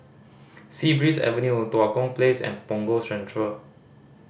Sea Breeze Avenue Tua Kong Place and Punggol Central